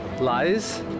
Lies